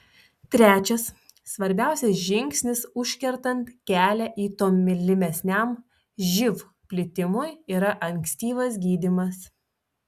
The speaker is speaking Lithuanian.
trečias svarbiausias žingsnis užkertant kelią tolimesniam živ plitimui yra ankstyvas gydymas